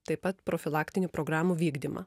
taip pat profilaktinių programų vykdymą